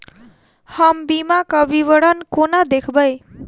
हम बीमाक विवरण कोना देखबै?